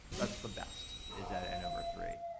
that's the best, is that n over three.